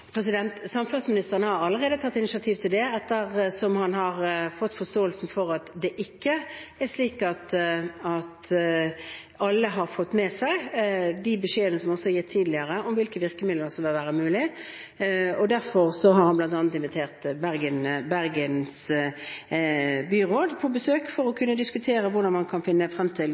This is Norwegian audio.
Samferdselsministeren har allerede tatt initiativ til det, ettersom han har fått forståelsen av at det ikke er slik at alle har fått med seg de beskjedene, som også er gitt tidligere, om hvilke virkemidler som vil være mulig. Derfor har han bl.a. invitert Bergen byråd på besøk for å kunne diskutere hvordan man kan finne frem til